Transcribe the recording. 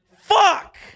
Fuck